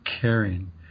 caring